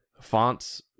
fonts